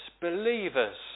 believers